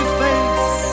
face